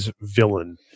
villain